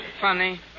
Funny